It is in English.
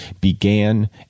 began